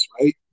Right